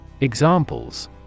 Examples